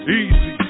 easy